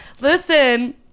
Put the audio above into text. Listen